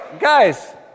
guys